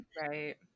Right